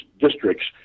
districts